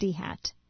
dhat